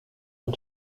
and